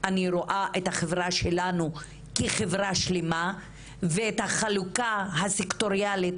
אני רואה את החברה שלנו כחברה שלמה והחלוקה הסקטוריאלית